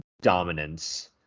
dominance